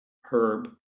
Herb